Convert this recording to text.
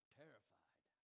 terrified